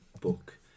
book